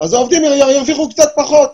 אז העובדים האלה ירווחו קצת פחות,